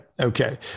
Okay